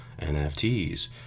NFTs